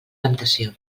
temptació